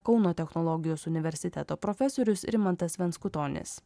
kauno technologijos universiteto profesorius rimantas venskutonis